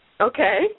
Okay